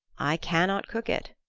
i cannot cook it,